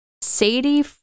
Sadie